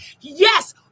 yes